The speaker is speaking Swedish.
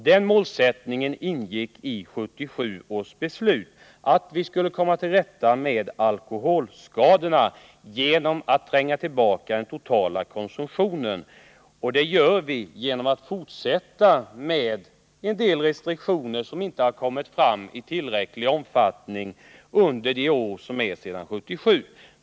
Den målsättningen ingick i 1977 års beslut, nämligen att vi skulle komma till rätta med alkoholskadorna genom att tränga tillbaka den totala konsumtionen, och det gör vi bl.a. genom att använda restriktioner som inte har kommit fram i tillräcklig omfattning under de år som gått sedan 1977.